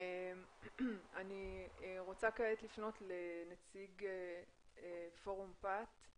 אני רוצה לפנות כעת לנציג פורום פת,